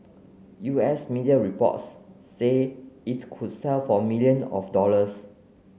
U S media reports say it could sell for million of dollars